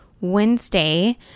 Wednesday